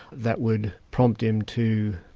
that would prompt him to,